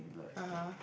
(uh huh)